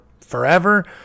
forever